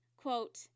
Quote